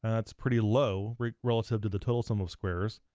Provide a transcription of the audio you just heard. and that's pretty low relative to the total sum of squares.